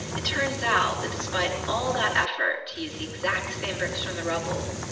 it turns out that despite all that effort to use the exact same bricks from the rubble,